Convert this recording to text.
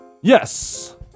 yes